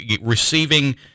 receiving